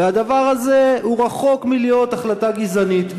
והדבר הזה הוא רחוק מלהיות החלטה גזענית.